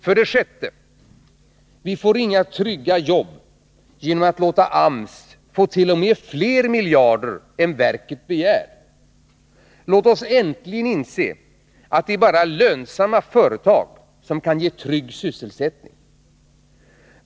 För det sjätte: Vi får inga trygga nya jobb genom att låta AMS få t.o.m. fler miljarder än verket begär. Låt oss äntligen inse att det bara är lönsamma företag som kan ge trygg sysselsättning.